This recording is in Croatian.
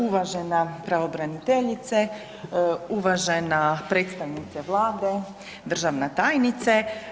Uvažena pravobraniteljice, uvažena predstavnica Vlade državna tajnice.